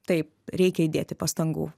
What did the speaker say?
taip reikia įdėti pastangų